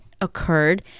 occurred